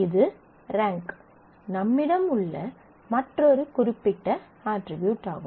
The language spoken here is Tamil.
இது ரேங்க் நம்மிடம் உள்ள மற்றொரு குறிப்பிட்ட அட்ரிபியூட் ஆகும்